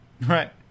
Right